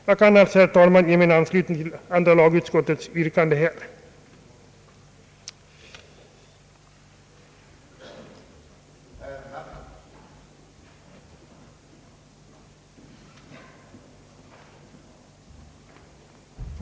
Jag kan alltså, herr talman, ge min anslutning till andra lagutskottets yrkande på nu förevarande punkt.